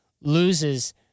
loses